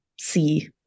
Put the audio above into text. see